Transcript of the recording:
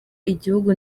igihugu